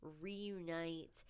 reunite